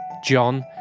John